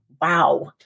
Wow